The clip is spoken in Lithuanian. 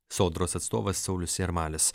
sodros atstovas saulius jarmalis